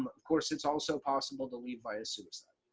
of course it's also possible to leave via suicide.